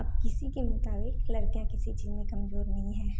अब किसी के मुताबिक लड़कियाँ किसी चीज़ में कमजोर नहीं हैं